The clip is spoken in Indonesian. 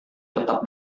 tetap